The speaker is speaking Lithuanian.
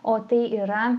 o tai yra